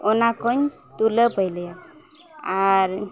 ᱚᱱᱟ ᱠᱚᱧ ᱛᱩᱞᱟᱹ ᱯᱟᱹᱭᱞᱟᱹᱭᱟ ᱟᱨ